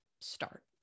start